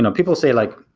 um people say like,